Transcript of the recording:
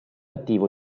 attivo